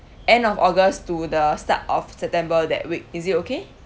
end of august to the start of september that week is it okay